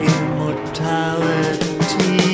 Immortality